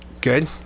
Good